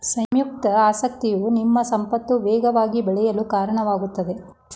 ಸಂಯುಕ್ತ ಆಸಕ್ತಿಯು ನಿಮ್ಮ ಸಂಪತ್ತು ವೇಗವಾಗಿ ಬೆಳೆಯಲು ಕಾರಣವಾಗುತ್ತದೆ